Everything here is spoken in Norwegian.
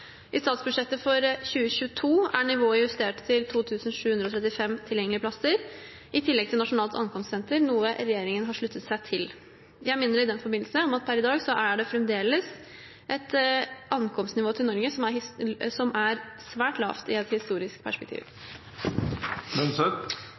I statsbudsjettet for 2022 er nivået justert til 2 735 tilgjengelige plasser, i tillegg til Nasjonalt ankomstsenter, noe regjeringen har sluttet seg til. Jeg minner i den forbindelse om at det per i dag fremdeles er et ankomstnivå til Norge som er svært lavt i et historisk perspektiv.